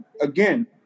again